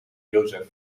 jozef